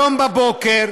היום בבוקר